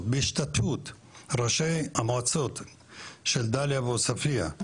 בהשתתפות ראשי המועצות של דליה ועוספיה,